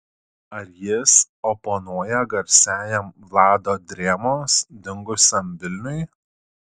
ar jis oponuoja garsiajam vlado drėmos dingusiam vilniui